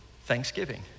thanksgiving